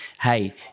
hey